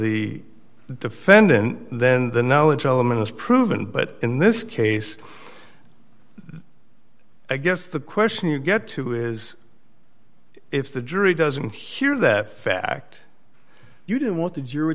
the defendant then the knowledge element is proven but in this case i guess the question you get to is if the jury doesn't hew that fact you didn't want to ju